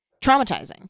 traumatizing